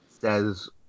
says